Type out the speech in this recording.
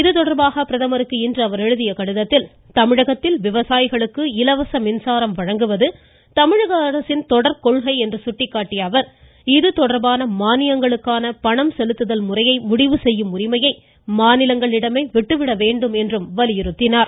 இதுதொடர்பாக பிரதமருக்கு இன்று அவர் எழுதிய கடிதத்தில் தமிழகத்தில் விவசாயிகளுக்கு இலவச மின்சாரம் வழங்குவது தமிழக அரசின் தொடர் கொள்கை என்று சுட்டிக்காட்டிய அவர் இதுதொடர்பான மானியங்களுக்கான பணம் செலுத்துதல் முறையை முடிவு செய்யும் உரிமையை மாநிலங்களிடமே விட்டுவிட வேண்டும் என்றும் வலியுறுத்தினார்